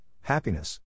happiness